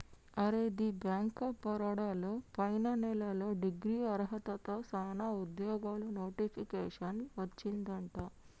అరే the bank of Baroda లో పైన నెలలో డిగ్రీ అర్హతతో సానా ఉద్యోగాలు నోటిఫికేషన్ వచ్చిందట